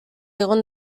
egon